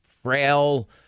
frail